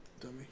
Dummy